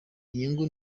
inyungu